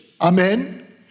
Amen